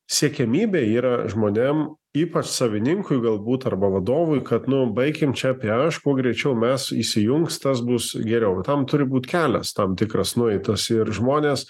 siekiamybė yra žmonėm ypač savininkui galbūt arba vadovui kad nu baikime čia apie aš kuo greičiau mes įsijungs tas bus geriau tam turi būt kelias tam tikras nueitas ir žmonės